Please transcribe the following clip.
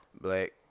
Black